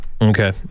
Okay